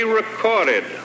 recorded